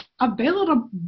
available